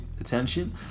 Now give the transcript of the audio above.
attention